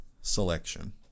selection